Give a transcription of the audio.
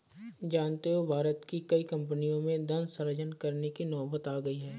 जानते हो भारत की कई कम्पनियों में धन सृजन करने की नौबत आ गई है